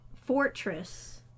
fortress